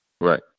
Right